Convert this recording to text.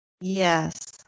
Yes